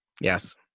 yes